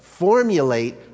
formulate